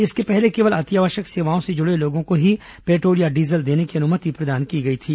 इसके पहले केवल अतिआवश्यक सेवाओं से जुड़े लोगों को ही पेट्रोल या डीजल देने की अनुमति प्रदान की गई थी